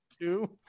two